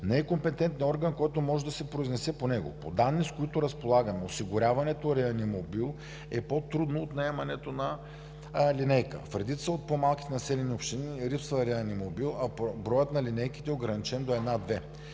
не е компетентният орган, който може да се произнесе по него. По данни, с които разполагаме, осигуряването на реанимобил е по-трудно от наемането на линейка. В редица от по-малките населени общини липсва реанимобил, а броят на линейките е ограничен до